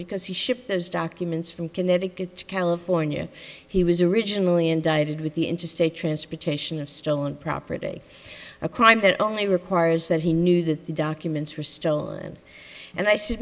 because he shipped those documents from connecticut to california he was originally indicted with the interstate transportation of stolen property a crime that only requires that he knew that the documents were stolen and i s